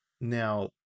now